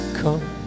come